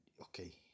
Okay